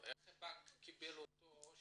איך הבנק קיבל אותו,